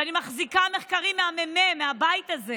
ואני מחזיקה מחקרים מהממ"מ, מהבית הזה,